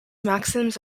maxims